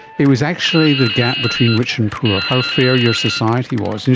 it was actually the gap between rich and poor, how fair your society was.